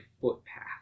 footpath